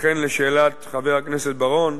לכן, לשאלת חבר הכנסת בר-און,